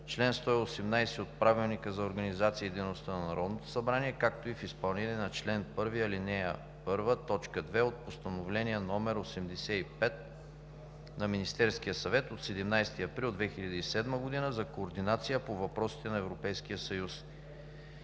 чл. 118 от Правилника за организацията и дейността на Народното събрание, както и в изпълнение на чл. 1, ал. 1, т. 2 от Постановление № 85 на Министерския съвет от 17 април 2007 г. за координация по въпросите на Европейския съюз.